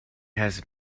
has